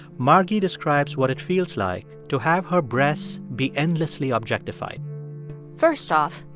margy describes what it feels like to have her breasts be endlessly objectified first off,